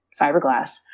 fiberglass